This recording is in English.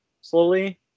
slowly